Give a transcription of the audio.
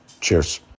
Cheers